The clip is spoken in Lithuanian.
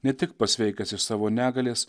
ne tik pasveikęs iš savo negalės